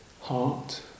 heart